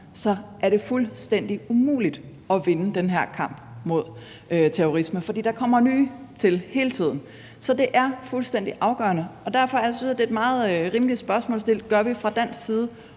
er det fuldstændig umuligt at vinde den her kamp mod terrorisme, fordi der kommer nye til hele tiden. Så det er fuldstændig afgørende. Og derfor synes jeg, det er et meget rimeligt spørgsmål at stille: Gør vi fra dansk side